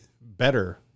better